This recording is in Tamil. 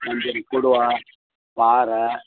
வஞ்சரம் கொடுவா பாறை